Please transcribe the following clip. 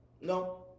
No